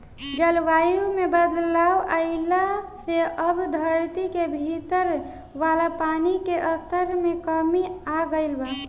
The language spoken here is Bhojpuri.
जलवायु में बदलाव आइला से अब धरती के भीतर वाला पानी के स्तर में कमी आ गईल बा